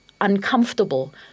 uncomfortable